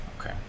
Okay